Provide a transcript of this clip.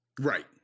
Right